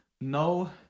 No